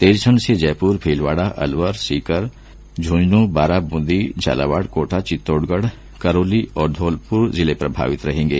तेज ठण्ड से जयपुर भीलवाडा अलवर सीकर झुंझुनूं बारां बूंदी झालावाड कोटा चित्तौडगढ करौली और धौलपुर जिले प्रभावित रहेंगे